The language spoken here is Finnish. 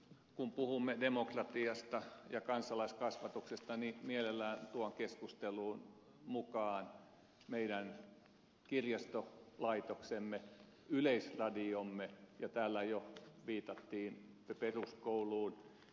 kun puhumme demokratiasta ja kansalaiskasvatuksesta niin mielelläni tuon keskusteluun mukaan meidän kirjastolaitoksemme yleisradiomme ja täällä jo viitattiin peruskouluun